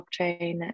blockchain